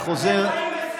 אתה חוזר, אתם חיים בסרט.